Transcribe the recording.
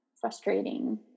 frustrating